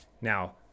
Now